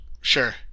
sure